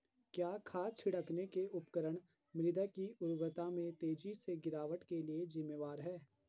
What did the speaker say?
क्या खाद छिड़कने के उपकरण मृदा की उर्वरता में तेजी से गिरावट के लिए जिम्मेवार हैं?